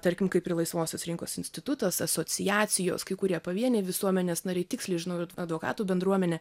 tarkim kaip ir laisvosios rinkos institutas asociacijos kai kurie pavieniai visuomenės nariai tiksliai žinau ir advokatų bendruomenė